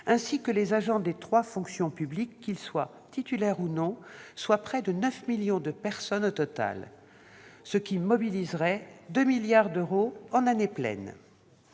ainsi que les agents des trois fonctions publiques, qu'ils soient titulaires ou non, soit près de 9 millions de personnes au total. Cela mobiliserait 2 milliards d'euros en année pleine.